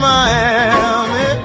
Miami